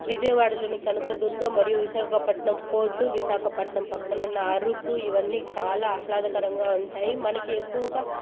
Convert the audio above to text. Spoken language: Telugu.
విజయవాడలోని కనకదుర్గ మరియు విశాఖపట్నం పోర్టు విశాఖపట్నం పక్కనున్న అరుకు ఇవన్నీ చాలా ఆహ్లాదకరంగా ఉంటాయి మనకి ఎక్కువగా